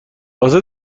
واسه